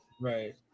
Right